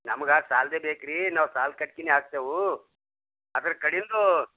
ನಮ್ಗೆ ಸಾಲ್ದೇ ಬೇಕು ರೀ ನಾವು ಸಾಲ್ ಕಟ್ಗೆನೇ ಹಾಕ್ತೇವೆ ಅದ್ರ ಕಡಿಂದು